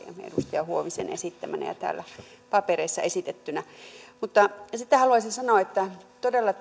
edustaja huovisen esittämänä ja täällä papereissa esitettynä sitten haluaisin sanoa että todella